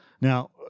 Now